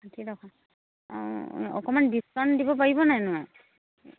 ষাঠি টকা অকমান ডিচকাউণ্ট দিব পাৰিব নাই নোৱাৰে